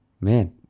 Man